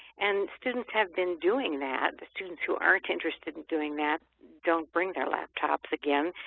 and students have been doing that. the students who aren't interested in doing that don't bring their laptops again,